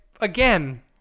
Again